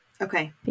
Okay